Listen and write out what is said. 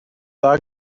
dda